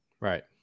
right